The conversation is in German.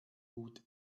gut